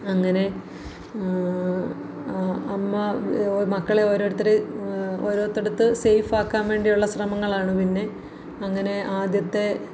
അങ്ങനെ അമ്മ മക്കളെ ഓരോരുത്തർ ഓരോരുത്തടുത്ത് സേയ്ഫാക്കാൻ വേണ്ടിയുള്ള ശ്രമങ്ങളാണ് പിന്നെ അങ്ങനെ ആദ്യത്തെ